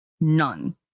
none